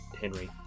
Henry